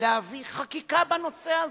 להביא חקיקה בנושא הזה.